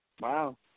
Wow